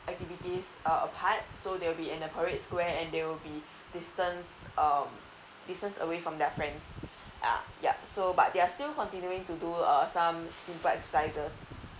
activities uh apart so they will be in the parade square and they'll be distance um distance away from their friends uh yup so but they're still continuing to do uh some simple exercises